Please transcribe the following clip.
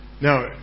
Now